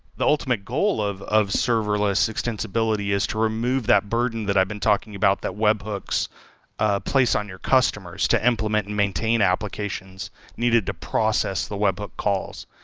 the ultimate goal of of serverless extensibility is to remove that burden that i've been talking about that webhooks ah place on your customers to implement and maintain application needed to process the webhook calls.